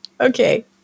Okay